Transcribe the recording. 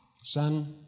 son